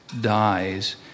dies